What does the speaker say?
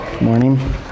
morning